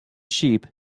sheep